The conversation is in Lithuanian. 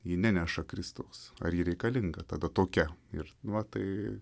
ji neneša kristaus ar ji reikalinga tada tokia ir nu vat tai